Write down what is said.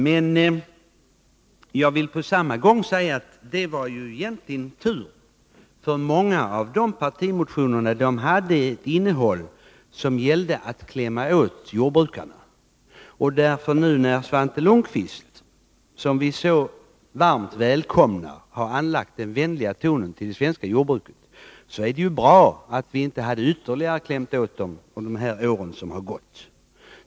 Men jag vill på samma gång säga att det egentligen var tur att vi avslog motionerna, för många av dessa partimotioner hade ett innehåll som innebar att man ville klämma åt jordbrukarna. När därför nu Svante Lundkvist, vilket vi så varmt välkomnar, har anslagit en vänlig ton mot det svenska jordbruket, vill jag säga att det är bra att vi inte har klämt åt det mer än vad som skett under de år som har gått.